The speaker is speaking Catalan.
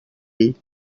ell